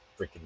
freaking